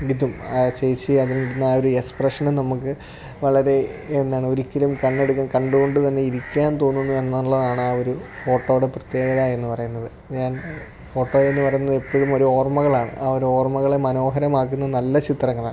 ഇതും ആ ചേച്ചി അതിലിടുന്ന ആ ഒരു എക്സ്പ്രഷനും നമുക്ക് വളരെ എന്താണൊരിക്കലും കണ്ണെടുക്കാൻ കണ്ടോണ്ട് തന്നെ ഇരിക്കാൻ തോന്നുന്നു എന്നുള്ളതാണ് ആ ഒരു ഫോട്ടോയുടെ പ്രത്യേകത എന്ന് പറയുന്നത് ഞാൻ ഫോട്ടോയെന്ന് പറയുന്ന എപ്പഴും ഒരോർമ്മകളാണ് ആ ഒരോർമ്മകളെ മനോഹരമാക്കുന്ന നല്ല ചിത്രങ്ങളാണ്